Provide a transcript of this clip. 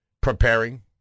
preparing